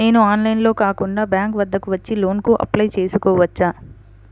నేను ఆన్లైన్లో కాకుండా బ్యాంక్ వద్దకు వచ్చి లోన్ కు అప్లై చేసుకోవచ్చా?